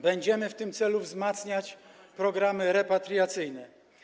Będziemy w tym celu wzmacniać programy repatriacyjne.